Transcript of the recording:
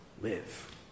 live